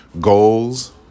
goals